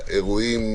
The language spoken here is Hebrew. לאירועים